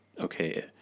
okay